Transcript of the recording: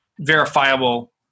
verifiable